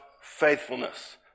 faithfulness